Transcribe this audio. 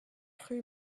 rue